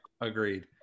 agreed